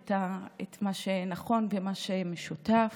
את מה שנכון ומה שמשותף.